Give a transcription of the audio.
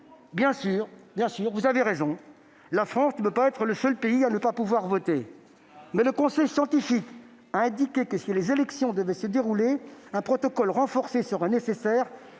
en place. Bien sûr, vous avez raison, la France ne peut être le seul pays à ne pas pouvoir voter. Mais le conseil scientifique a indiqué que, si les élections devaient se dérouler, un protocole renforcé serait nécessaire,